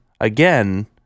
again